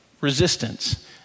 resistance